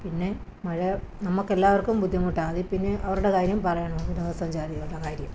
പിന്നെ മഴ നമ്മൾക്കെല്ലാവർക്കും ബുദ്ധിമുട്ടാണ് അതിൽ പിന്നെ അവരുടെ കാര്യം പറയണോ വിനോദ സഞ്ചാരികളുടെ കാര്യം